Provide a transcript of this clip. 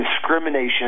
discrimination